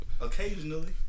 Occasionally